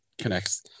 connects